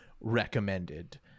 recommended